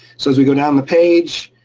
so as we go down the page,